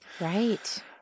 Right